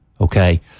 okay